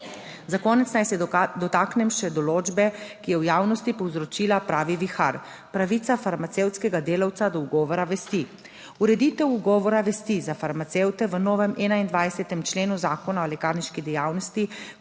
Za konec naj se dotaknem še določbe, ki je v javnosti povzročila pravi vihar, pravica farmacevtskega delavca do ugovora vesti. Ureditev ugovora vesti za farmacevte v novem 21. členu Zakona o lekarniški dejavnosti